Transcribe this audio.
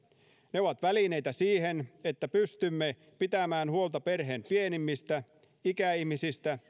ne ovat välineitä siihen että pystymme pitämään huolta perheen pienimmistä ikäihmisistä